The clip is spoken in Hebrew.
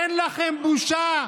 אין לכם בושה.